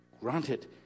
granted